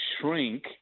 shrink